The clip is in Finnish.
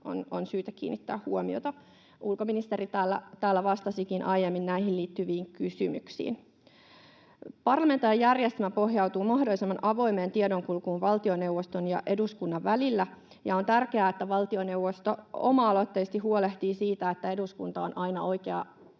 on syytä kiinnittää huomiota. Ulkoministeri täällä vastasikin aiemmin näihin liittyviin kysymyksiin. Parlamentaarinen järjestelmä pohjautuu mahdollisimman avoimeen tiedonkulkuun valtioneuvoston ja eduskunnan välillä, ja on tärkeää, että valtioneuvosto oma-aloitteisesti huolehtii siitä, että eduskunta on aina